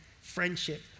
friendship